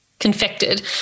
confected